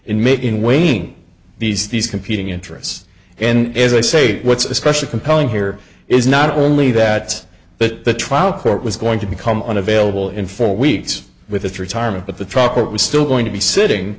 making wayne these these competing interests and as i say what's especially compelling here is not only that but the trial court was going to become unavailable in four weeks with retirement but the truck was still going to be sitting